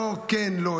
לא כן לא,